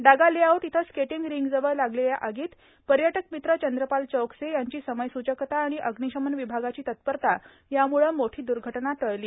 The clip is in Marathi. डागा ले आऊट इथं स्केटिंग रिंकजवळ लागलेल्या आगीत पर्यटक मित्र चंद्रपाल चौकसे यांची समयसूचकता आणि अग्निशमन विभागाची तत्परता याम्ळे मोठी द्र्घटना टळली